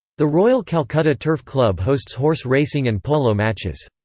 the royal calcutta turf club hosts horse racing and polo matches.